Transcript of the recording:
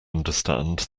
understand